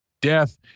death